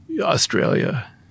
Australia